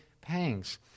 pangs